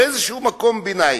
באיזה מקום ביניים.